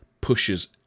pushes